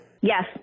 Yes